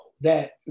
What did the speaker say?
that-